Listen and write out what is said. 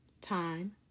time